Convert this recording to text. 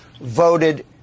voted